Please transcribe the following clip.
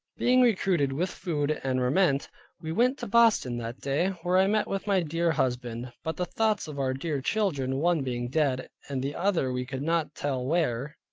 being recruited with food and raiment we went to boston that day, where i met with my dear husband, but the thoughts of our dear children, one being dead, and the other we could not tell where,